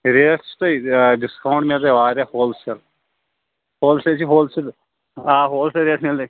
rate چھِ سُے آ ڈِسکاونٛٹ میلہِ تۄہہِ واریاہ ہول سیل ہول سیل چھُ ہول سیل آ ہول سیل ریٹ میلہِ